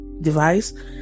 device